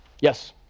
Yes